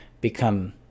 become